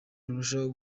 rurushaho